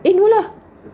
eh no lah